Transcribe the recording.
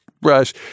brush